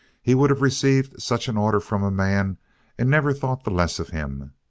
he would have received such an order from a man and never thought the less of him,